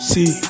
See